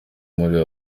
muri